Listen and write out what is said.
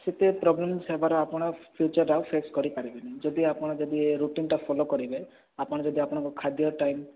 ସେତେ ପ୍ରୋବ୍ଲେମସ୍ ହେବାର ଆପଣ ଫିଉଚରରେ ଆଉ ଫେସ୍ କରିପାରିବେନି ଯଦି ଆପଣ ଯଦି ଏଇ ରୁଟିନଟା ଫୋଲୋ କରିବେ ଆପଣ ଯଦି ଆପଣଙ୍କ ଖାଦ୍ୟ ଟାଇମ୍